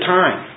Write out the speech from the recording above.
time